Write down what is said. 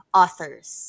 authors